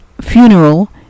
funeral